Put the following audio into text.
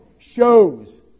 shows